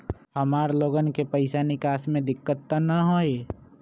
हमार लोगन के पैसा निकास में दिक्कत त न होई?